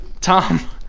Tom